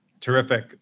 Terrific